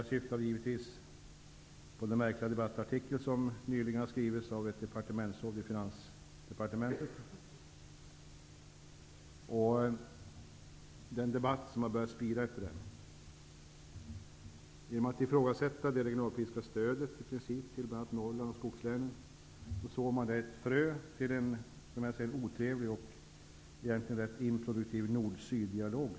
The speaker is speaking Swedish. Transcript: Jag syftar då givetvis på den märkliga debattartikel som nyligen har skrivits av ett departementsråd i Finansdepartementet och den debatt som börjat spira efter den. Genom att ifrågasätta det regionalpolitiska stödet till bl.a. Norrland och skogslänen sår man ett frö till en, som jag ser det, otrevlig och egentligen rätt improduktiv nord-syddialog.